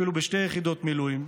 אפילו בשתי יחידות מילואים,